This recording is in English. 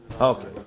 okay